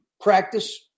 practice